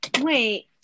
Wait